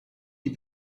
die